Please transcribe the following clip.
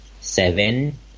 seven